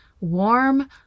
warm